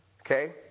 Okay